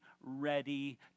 ready